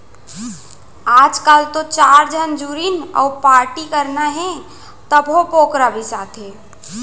आजकाल तो चार झन जुरिन अउ पारटी करना हे तभो बोकरा बिसाथें